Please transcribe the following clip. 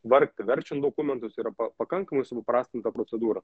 vargti verčiant dokumentus yra pa pakankamai supaprastinta procedūra